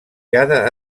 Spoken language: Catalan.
cada